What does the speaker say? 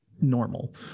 normal